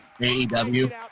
AEW